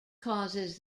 causes